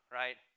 right